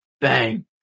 Bang